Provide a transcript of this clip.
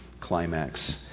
climax